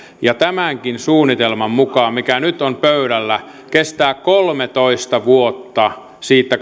ja tämänkin suunnitelman mukaan mikä nyt on pöydällä kestää kolmetoista vuotta siitä